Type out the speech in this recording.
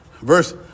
verse